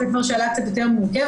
זו שאלה קצת יותר מורכבת.